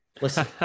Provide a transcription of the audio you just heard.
listen